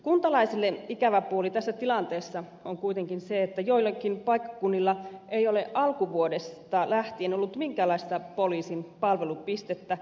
kuntalaisille ikävä puoli tässä tilanteessa on kuitenkin se että joillakin paikkakunnilla ei ole alkuvuodesta lähtien ollut minkäänlaista poliisin palvelupistettä